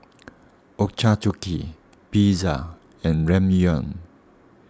Ochazuke Pizza and Ramyeon